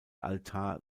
altar